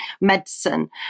medicine